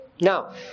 Now